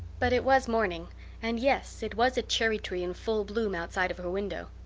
but it was morning and, yes, it was a cherry-tree in full bloom outside of her window.